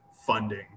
funding